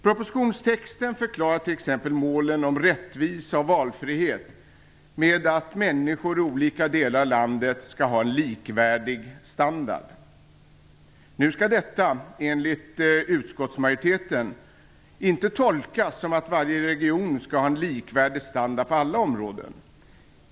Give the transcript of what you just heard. Propositionstexten förklarar t.ex. målen om rättvisa och valfrihet med att människor i olika delar av landet skall ha en likvärdig standard. Nu skall detta, enligt utskottsmajoriteten, inte tolkas som att varje region skall ha en likvärdig standard på alla områden.